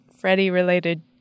Freddie-related